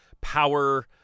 power